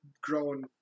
grown